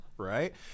Right